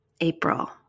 April